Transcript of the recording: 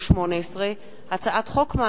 פ/3023/18 וכלה בהצעת חוק פ/3044/18,